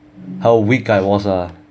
how weak I was ah